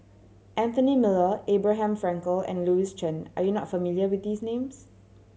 Anthony Miller Abraham Frankel and Louis Chen are you not familiar with these names